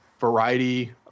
variety